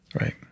Right